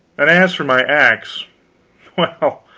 and as for my axe well,